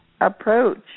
approach